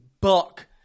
buck